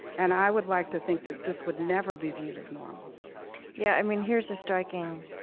and i would like to think that this would never be viewed as normal yeah, i mean, here's a striking,